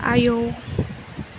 आयौ